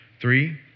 three